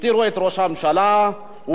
הכתירו את ראש הממשלה, הוא